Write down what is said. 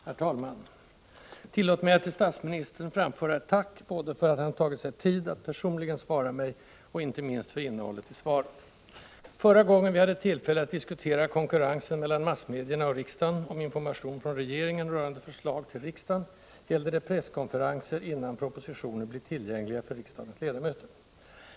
Herr talman! Tillåt mig att till statsministern framföra ett tack både för att han tagit sig tid att personligen svara mig och, inte minst, för innehållet i svaret. Förra gången vi hade tillfälle att diskutera konkurrensen mellan massmedierna och riksdagen om information från regeringen rörande förslag till riksdagen gällde det presskonferenser innan propositioner blir tillgängliga för riksdagens ledamöter.